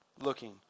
looking